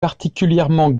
particulièrement